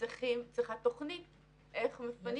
צריכה להיות תוכנית איך מפנים